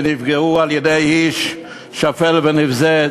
ונפגעו על-ידי איש שפל ונבזה,